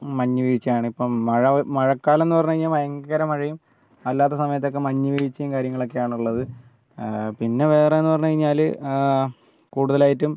മഞ്ഞ് വീഴ്ചയാണ് ഇപ്പം മഴ മഴക്കാലം എന്ന് പറഞ്ഞു കഴിഞ്ഞാൽ ഭയങ്കര മഴയും അല്ലാത്തെ സമയത്ത് ഒക്കെ മഞ്ഞ് വീഴ്ചയും കാര്യങ്ങളൊക്കെയാണ് ഉള്ളത് പിന്നെ വേറെ എന്ന് പറഞ്ഞു കഴിഞ്ഞാൽ കൂടുതലായിട്ടും